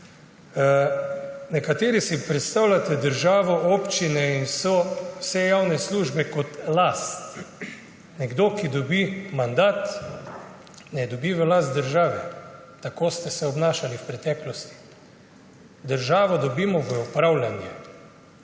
Nekateri si predstavljate državo, občine in vse javne službe kot last. Nekdo, ki dobi mandat, ne dobi v last države. Tako ste se obnašali v preteklosti. Državo dobimo v upravljanje.